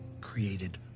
created